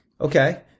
Okay